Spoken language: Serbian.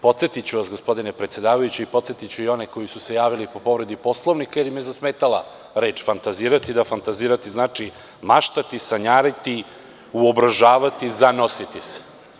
Podsetiću vas, gospodine predsedavajući, a podsetiću i one koji su se javili po povredi Poslovnika, jer im je zasmetala reč „fantazirati“, da ta reč znači - maštati, sanjariti, uobražavati, zanositi se.